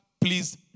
please